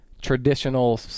traditional